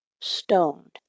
Stoned